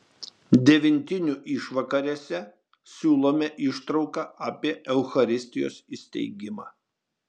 devintinių išvakarėse siūlome ištrauką apie eucharistijos įsteigimą